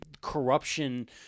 corruption